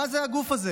מה זה הגוף הזה